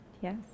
Yes